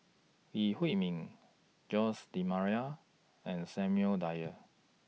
Lee Huei Min Jose D'almeida and Samuel Dyer